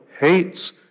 hates